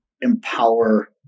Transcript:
empower